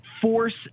force